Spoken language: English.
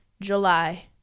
July